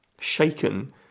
shaken